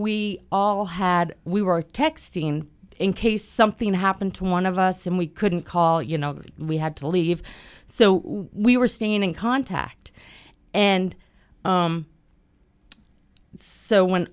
we all had we were texting in case something happened to one of us and we couldn't call you know we had to leave so we were staying in contact and